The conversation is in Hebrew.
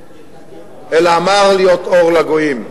אלא אמר: להיות אור לגויים.